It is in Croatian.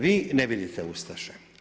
Vi ne vidite ustaše.